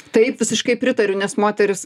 taip visiškai pritariu nes moterys